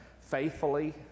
faithfully